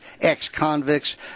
ex-convicts